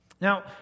Now